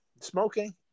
smoking